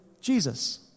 Jesus